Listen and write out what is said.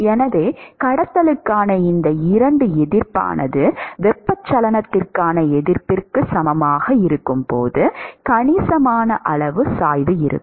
எனவே கடத்துதலுக்கான இந்த 2 எதிர்ப்பானது வெப்பச்சலனத்திற்கான எதிர்ப்பிற்கு சமமாக இருக்கும்போது கணிசமான அளவு சாய்வு இருக்கும்